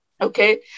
Okay